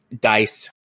dice